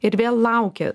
ir vėl laukia